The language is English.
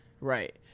Right